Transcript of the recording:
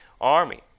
army